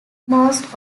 most